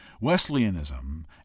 Wesleyanism